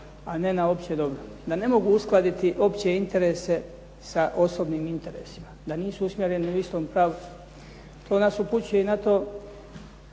a ne na opće dobro, da ne mogu uskladiti opće interese sa osobnim interesima, da nisu usmjereni u istom pravcu. To nas upućuje i na to